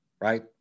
right